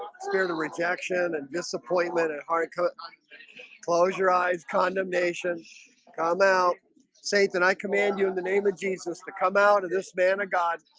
scare the rejection and disappointment at heart cut close your eyes condemnation come out saints and i command you in the name of jesus to come out of this man of god